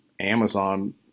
Amazon